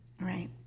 Right